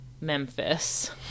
Memphis